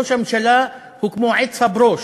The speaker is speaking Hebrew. ראש הממשלה הוא כמו עץ הברוש,